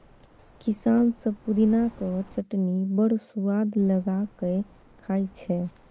किसान सब पुदिनाक चटनी बड़ सुआद लगा कए खाइ छै